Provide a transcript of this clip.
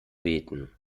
beten